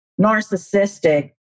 narcissistic